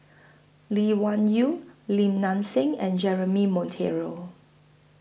Lee Wung Yew Lim Nang Seng and Jeremy Monteiro